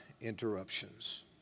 interruptions